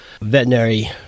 veterinary